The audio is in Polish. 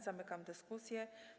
Zamykam dyskusję.